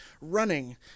running